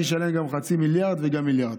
שישלם גם חצי מיליארד וגם מיליארד.